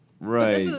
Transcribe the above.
Right